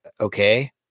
okay